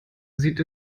sieht